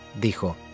Dijo